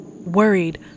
Worried